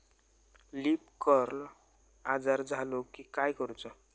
Leaf curl आजार झालो की काय करूच?